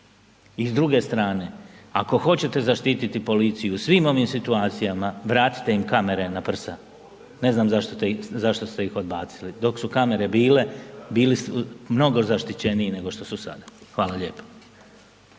I s druge strane, ako hoćete zaštititi policiju u svim ovim situacijama, vratite im kamere na prsa. Ne znam zašto ste ih odbacili. Dok su kamere bile, bili su mnogo zaštićeniji nego što su sada. Hvala lijepo.